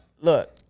look